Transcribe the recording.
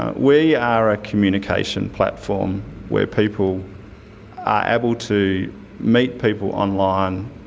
ah we are a communication platform where people are able to meet people online.